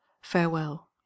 Farewell